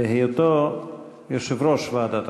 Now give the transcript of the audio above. בהיותו יושב-ראש ועדת הכנסת.